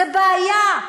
זו בעיה,